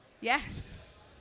Yes